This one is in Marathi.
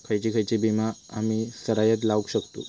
खयची खयची बिया आम्ही सरायत लावक शकतु?